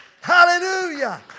hallelujah